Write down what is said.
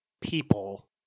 people